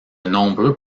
nombreux